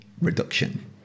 reduction